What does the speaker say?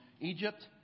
Egypt